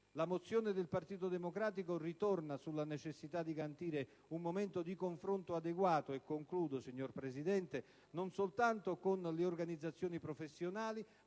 La mozione del Partito Democratico ritorna sulla necessità di garantire un momento di confronto adeguato non soltanto con le organizzazioni professionali,